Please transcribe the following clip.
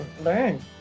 learn